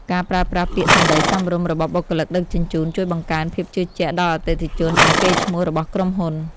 ការប្រើប្រាស់ពាក្យសម្ដីសមរម្យរបស់បុគ្គលិកដឹកជញ្ជូនជួយបង្កើនភាពជឿជាក់ដល់អតិថិជន និងកេរ្តិ៍ឈ្មោះរបស់ក្រុមហ៊ុន។